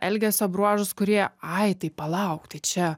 elgesio bruožus kurie ai tai palauk tai čia